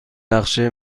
نقشه